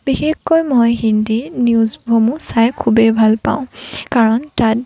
বিশেষকৈ মই হিন্দী নিউজসমূহ মই চাই খুবেই ভাল পাওঁ কাৰণ তাত